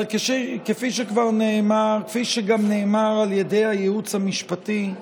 אבל כפי שכבר נאמר גם על ידי הייעוץ המשפטי,